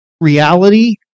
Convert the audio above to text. reality